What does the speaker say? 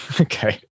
okay